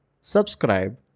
Subscribe